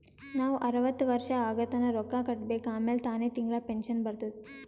ನಾವ್ ಅರ್ವತ್ ವರ್ಷ ಆಗತನಾ ರೊಕ್ಕಾ ಕಟ್ಬೇಕ ಆಮ್ಯಾಲ ತಾನೆ ತಿಂಗಳಾ ಪೆನ್ಶನ್ ಬರ್ತುದ್